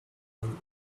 and